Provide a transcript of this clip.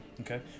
okay